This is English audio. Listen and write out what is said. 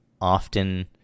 often